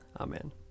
Amen